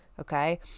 Okay